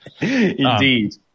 Indeed